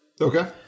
Okay